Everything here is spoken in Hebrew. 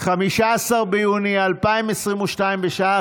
15 ביוני 2022, בשעה